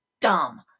dumb